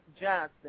Johnson